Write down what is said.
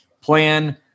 plan